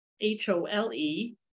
H-O-L-E